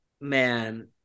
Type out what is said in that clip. man